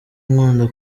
nkunda